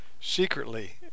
Secretly